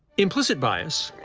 implicit bias,